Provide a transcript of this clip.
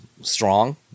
strong